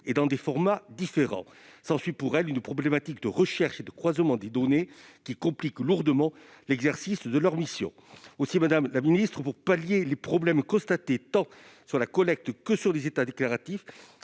et dans des formats différents. S'ensuit pour elles une problématique de recherche et de croisement des données qui complique lourdement l'exercice de leur mission. Aussi, madame la secrétaire d'État, pour pallier les problèmes constatés tant sur la collecte que sur les états déclaratifs,